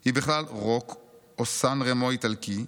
היא בכלל רוק או סן רמו איטלקי,